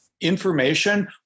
information